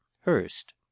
Hurst